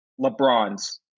LeBron's